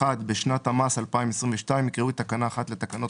הוראת שעה 1. בשנת המס 2022 יקראו את תקנה 1 לתקנות